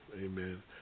Amen